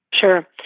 Sure